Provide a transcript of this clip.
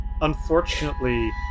unfortunately